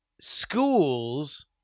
Schools